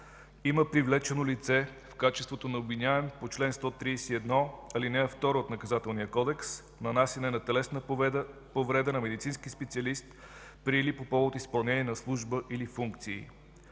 има привлечено лице в качеството на обвиняем по чл. 131, ал. 2 от Наказателния кодекс – нанасяне на телесна повреда на медицински специалисти при или по повод изпълнение на служба или функции.